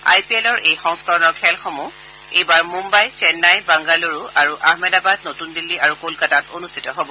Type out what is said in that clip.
আই P L ৰ এই সংস্কৰণৰ খেলসমূহ মূঘাই চেন্নাই বাগালুৰু আহমেদাবাদ নতুন দিল্লী আৰু কলকাতাত অনুষ্ঠিত হ'ব